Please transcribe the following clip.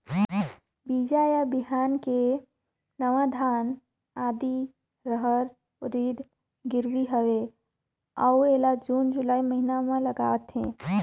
बीजा या बिहान के नवा धान, आदी, रहर, उरीद गिरवी हवे अउ एला जून जुलाई महीना म लगाथेव?